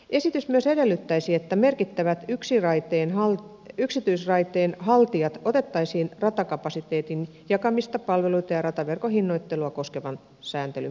esitys myös edellyttäisi että merkittävät yksityisraiteen haltijat otettaisiin ratakapasiteetin jakamista palveluita ja rataverkon hinnoittelua koskevan sääntelyn piiriin